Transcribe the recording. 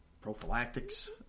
prophylactics